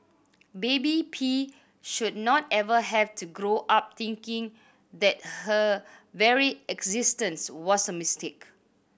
baby P should not ever have to grow up thinking that her very existence was a mistake